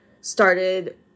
started